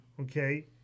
okay